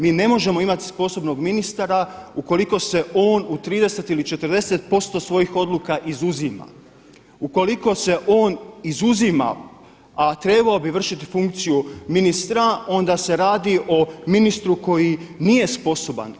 Mi ne možemo imat sposobnog ministra ukoliko se on u 30 ili 40% svojih odluka izuzima, ukoliko se on izuzima, a trebao bi vršiti funkciju ministra, onda se radi o ministru koji nije sposoban.